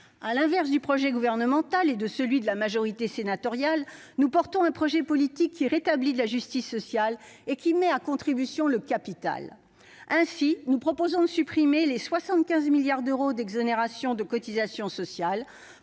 À l'inverse du projet gouvernemental et de celui de la majorité sénatoriale, nous portons un projet politique qui rétablit la justice sociale et qui met le capital à contribution. Ainsi, nous proposons de supprimer les 75 milliards d'euros d'exonération de cotisations sociales